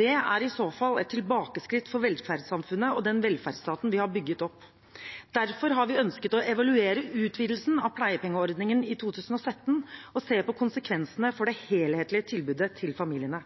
Det er i så fall et tilbakeskritt for velferdssamfunnet og den velferdsstaten vi har bygget opp. Derfor har vi ønsket å evaluere utvidelsen av pleiepengeordningen i 2017 og se på konsekvensene for det helhetlige tilbudet til familiene.